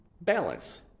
balance